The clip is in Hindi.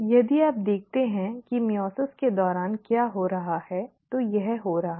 यदि आप देखते हैं कि अर्धसूत्रीविभाजन के दौरान क्या हो रहा है तो यह हो रहा है